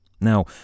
Now